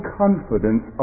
confidence